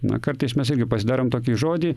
na kartais mes irgi pasidarom tokį žodį